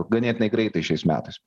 ganėtinai greitai šiais metais